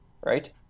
Right